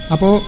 Apo